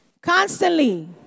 Constantly